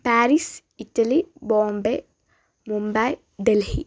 Paris Italy Bombay Mumbai Delhi